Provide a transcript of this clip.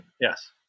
yes